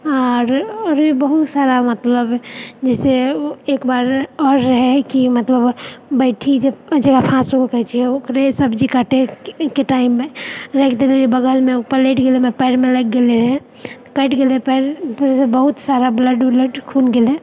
आओर आओर भी बहुत सारा मतलब जैसे एक बार और रहै कि मतलब बैठके जेकरा फांसुल कहै छियै ओकरे सब्जी काटैके टाइममे राखि देने रहियै बगलमेओ पलटि गेलै पैरमे लागि गेल रहै कटि गेल रहै पैर फेर बहुत सारा ब्लड उलड खून गेलै